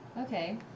Okay